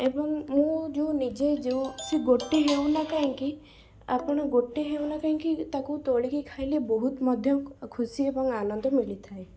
ଏବଂ ମୁଁ ଯେଉଁ ନିଜେ ଯେଉଁ ସେ ଗୋଟେ ହେଉ ନା କାହିଁକି ଆପଣ ଗୋଟେ ହେଉ ନା କାହିଁକି ତାକୁ ତୋଳିକି ଖାଇଲେ ବହୁତ ମଧ୍ୟ ଖୁସି ଏବଂ ଆନନ୍ଦ ମିଳିଥାଏ